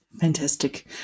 Fantastic